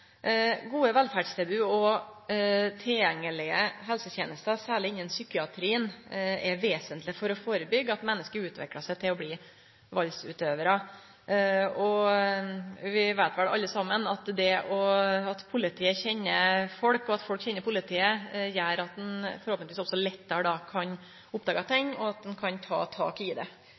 Gode velferdstilbod og tilgjengelege helsetenester, særleg innafor psykiatrien, er vesentleg for å førebyggje at menneske utviklar seg til å bli valdsutøvarar. Vi veit vel alle saman at det at politiet kjenner folk, og at folk kjenner politiet, gjer at ein forhåpentlegvis lettare kan oppdage ting og ta tak i det.